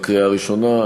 בקריאה הראשונה,